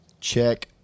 check